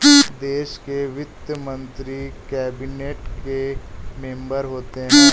देश के वित्त मंत्री कैबिनेट के मेंबर होते हैं